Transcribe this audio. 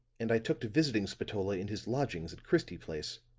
and i took to visiting spatola in his lodgings in christie place.